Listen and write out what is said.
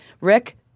Rick